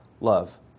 love